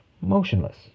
motionless